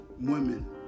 women